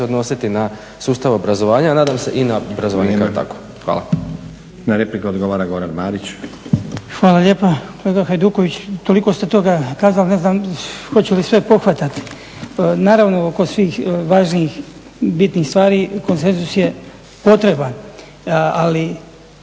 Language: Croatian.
odnositi na sustav obrazovanja nadam se i na obrazovanje kao takvo. Hvala. **Stazić, Nenad (SDP)** Na repliku odgovara Goran Marić. **Marić, Goran (HDZ)** Hvala lijepa. Kolega Hajduković toliko ste toga kazali ne znam hoću li sve pohvatati. Naravno oko svih važnih, bitnih stvari konsenzus je potreban ali